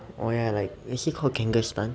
oh ya like is it called kangastan